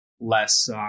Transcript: less